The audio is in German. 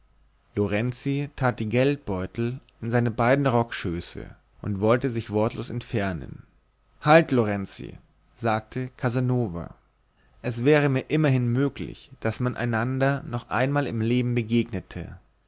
lorenzi tat die geldbeutel in seine beiden rockschöße und wollte sich wortlos entfernen halt lorenzi sagte casanova es wäre immerhin möglich daß man einander noch einmal im leben begegnete